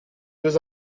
deux